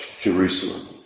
Jerusalem